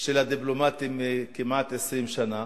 של הדיפלומטים כמעט 20 שנה,